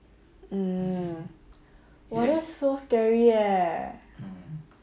mm !wah! that's so scary leh